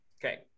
Okay